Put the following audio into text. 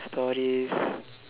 stories